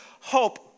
hope